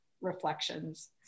reflections